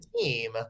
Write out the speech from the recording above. team